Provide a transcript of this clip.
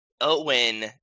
Owen